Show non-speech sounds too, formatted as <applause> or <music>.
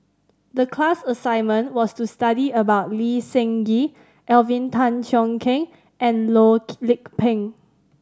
the class assignment was to study about Lee Seng Gee Alvin Tan Cheong Kheng and Loh <unintelligible> Lik Peng